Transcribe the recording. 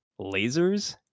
lasers